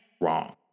Wrong